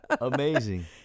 Amazing